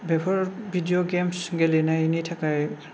बेफोर video games गेलेनायनि थाखाय